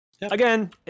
again